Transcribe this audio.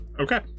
Okay